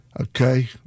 Okay